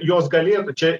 jos galėtų čia